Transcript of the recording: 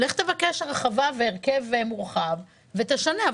לך תבקש הרחבה והרכב מורחב ותשנה,